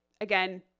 again